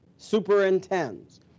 Superintends